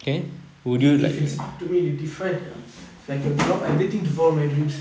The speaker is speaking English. if it's up to me to define if I can drop everything to follow my dreams